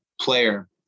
player